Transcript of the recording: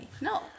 No